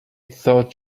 thought